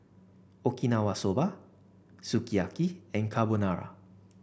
Okinawa Soba Sukiyaki and Carbonara